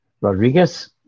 Rodriguez